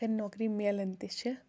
اَگر نوکری مِلان تہِ چھ